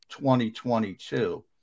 2022